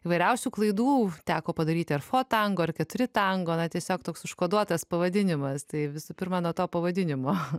įvairiausių klaidų teko padaryti ar for tango ar keturi tango na tiesiog toks užkoduotas pavadinimas tai visų pirma nuo to pavadinimo